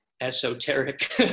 esoteric